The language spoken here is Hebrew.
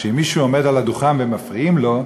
שמי שעומד על הדוכן ומפריעים לו,